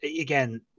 Again